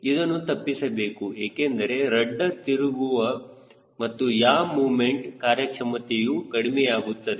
ಇದನ್ನು ತಪ್ಪಿಸಬೇಕು ಏಕೆಂದರೆ ರಡ್ಡರ್ ತಿರುಗುವ ಮತ್ತು ಯಾ ಮೊಮೆಂಟ್ ಕಾರ್ಯಕ್ಷಮತೆಯು ಕಡಿಮೆಯಾಗುತ್ತದೆ